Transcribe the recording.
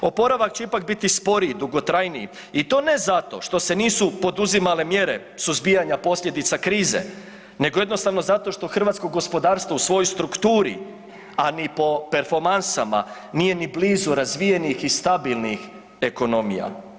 Oporavak će ipak biti sporiji i dugotrajniji i to ne zato što se nisu poduzimale mjere suzbijanja posljedica krize nego jednostavno zato što hrvatsko gospodarstvo u svojoj strukturi, a ni po performansama nije ni blizu razvijenih i stabilnih ekonomija.